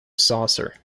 saucer